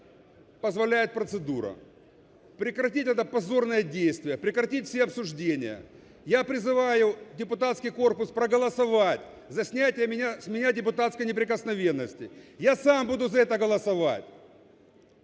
позволяет процедура, прекратить это позорное действие, прекратить все обсуждения. Я призываю депутатский корпус проголосовать за снятие с меня депутатской неприкосновенности. Я сам буду за это голосовать.